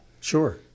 Sure